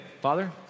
Father